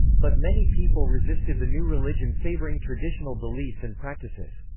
but many people resisted the new religion favouring traditional beliefs and practices.